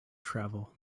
travel